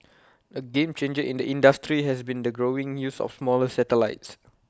A game changer in the industry has been the growing use of smaller satellites